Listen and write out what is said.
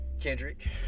Kendrick